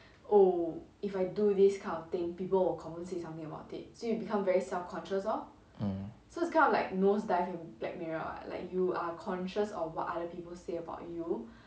mm